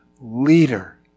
leader